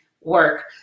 work